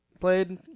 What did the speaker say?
played